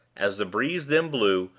as the breeze then blew,